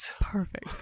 perfect